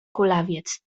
kulawiec